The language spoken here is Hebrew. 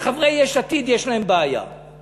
תהיה לו שקית חלב, זה בסדר.